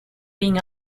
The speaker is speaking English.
been